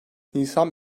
nisan